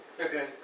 Okay